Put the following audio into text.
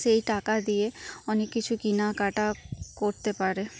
সেই টাকা দিয়ে অনেক কিছু কেনা কাটা করতে পারে